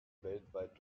weltweit